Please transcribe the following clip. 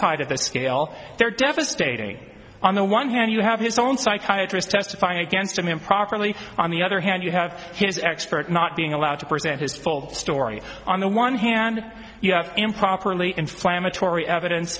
type of the scale they're devastating on the one hand you have his own psychiatry is testifying against him improperly on the other hand you have his expert not being allowed to present his full story on the one hand you have improperly inflammatory evidence